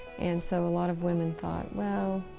and so a lot of women thought, well,